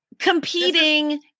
Competing